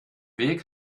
weg